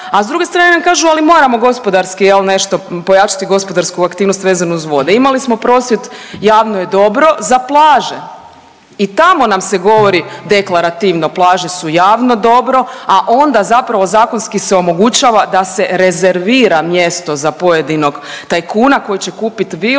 a s druge strane nam kažu, ali moramo gospodarski, je li, nešto pojačati, gospodarsku aktivnost vezano uz vode. Imali smo prosvjed Javno je dobro za plaže i tamo nam se govori deklarativno plaže su javno dobro, a onda zapravo zakonski se omogućava da se rezervira mjesto za pojedinog tajkuna koji će kupit vilu